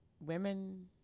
women